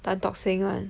Tan-Tock-Seng [one]